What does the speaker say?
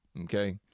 Okay